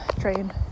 train